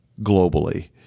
globally